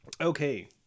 Okay